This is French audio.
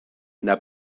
n’a